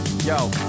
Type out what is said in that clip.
Yo